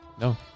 No